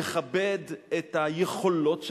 יכבד את היכולות שלהם,